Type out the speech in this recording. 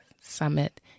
summit